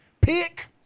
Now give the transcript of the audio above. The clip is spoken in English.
Pick